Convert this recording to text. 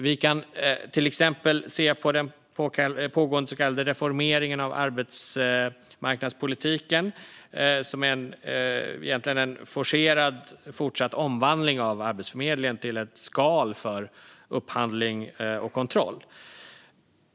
Vi kan exempelvis se på den pågående så kallade reformeringen av arbetsmarknadspolitiken, som egentligen är en forcerad fortsatt omvandling av Arbetsförmedlingen till ett skal för upphandling och kontroll.